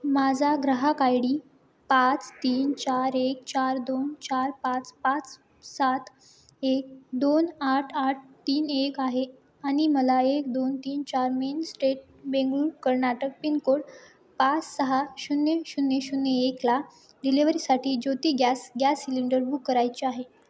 माझा ग्राहक I D पाच तीन चार एक चार दोन चार पाच पाच सात एक दोन आठ आठ तीन एक आहे आणि मला एक दोन तीन चार main state Bengaluru Karnataka pincode पाच सहा शून्य शून्य शून्य एकला डिलेव्हरीसाठी Jyoti gas gas cylinder book करायचे आहे